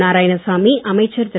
நாராயாணசாமி அமைச்சர் திரு